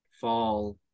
fall